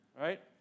right